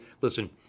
listen